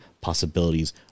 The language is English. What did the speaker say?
possibilities